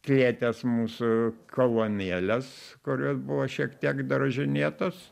klėties mūsų kolonėlės kurios buvo šiek tiek drožinėtos